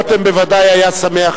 חבר הכנסת רותם בוודאי היה שמח,